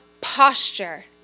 posture